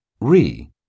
Re